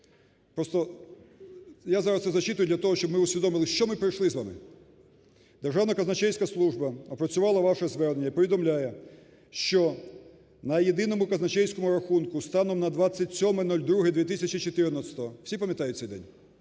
я зараз це зачитую для того, щоб ми усвідомили, що ми пройшли з вами. Державна казначейська служба опрацювала ваше звернення і повідомляє, що на єдиному казначейському рахунку станом на 27.02.2014 (всі пам'ятають цей день,